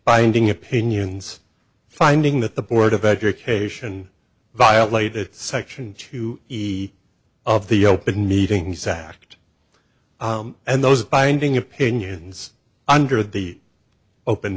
ending opinions finding that the board of education violated section two e of the open needing sacked and those binding opinions under the open